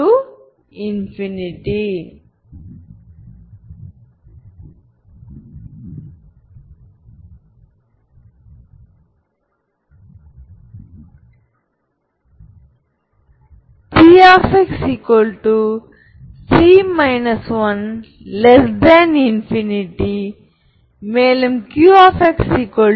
Hermitian மேட்ரிக்ஸின் ஐகென்வெக்டர்கள் real என்ட்ரிகளைக் கொண்டிருக்கட்டும்